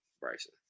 Bryson